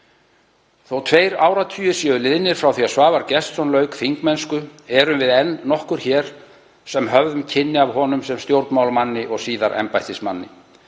Þótt tveir áratugir séu liðnir frá því að Svavar Gestsson lauk þingmennsku erum við enn nokkur hér sem höfðum kynni af honum sem stjórnmálamanni og síðar embættismanni,